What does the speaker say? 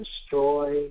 destroy